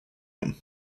him